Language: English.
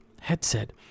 headset